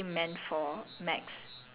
and his cousin gwen